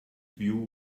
view